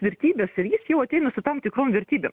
vertybes ir jis jau ateina su tam tikrom vertybėm